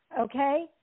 Okay